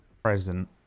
present